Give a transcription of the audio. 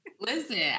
Listen